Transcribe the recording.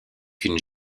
qu’une